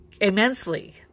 immensely